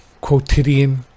quotidian